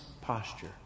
posture